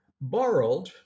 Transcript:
borrowed